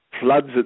floods